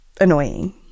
annoying